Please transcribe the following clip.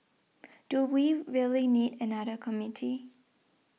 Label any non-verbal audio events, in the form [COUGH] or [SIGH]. do we [UNINTELLIGIBLE] really need another committee